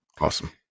awesome